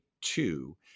two